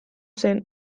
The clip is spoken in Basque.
zen